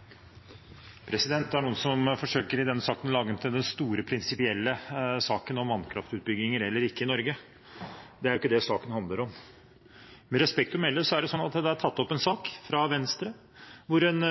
noen som i denne saken forsøker å lage den store prinsipielle debatten om vannkraftutbygging eller ikke i Norge. Det er ikke det saken handler om. Med respekt å melde er det tatt opp en sak fra Venstre, hvor en